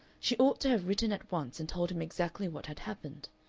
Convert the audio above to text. she ought to have written at once and told him exactly what had happened.